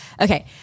okay